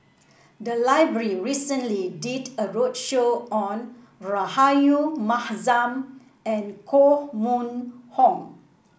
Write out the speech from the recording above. the library recently did a roadshow on Rahayu Mahzam and Koh Mun Hong